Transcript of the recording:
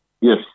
Yes